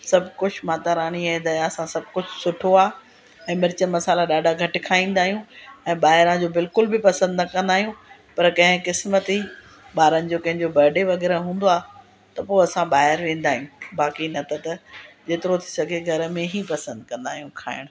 सभु कुझु माता राणीअ जे दया सां सभु कुझु सुठो आहे ऐं मिर्च मसाला ॾाढा घटि खाईंदा आहियूं ऐं ॿाहिरां जो बिल्कुलु बि पसंदि न कंदा आहियूं पर कंहिं क़िस्मती ॿारनि जो कंहिंजो बडे वग़ैरह हूंदो आहे त पोइ असां ॿाहिरि वेंदा आहियूं बाक़ी न त त जेतिरो थी सघे घर में ई पसंदि कंदा आहियूं खाइण